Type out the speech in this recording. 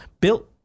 Built